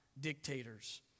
dictators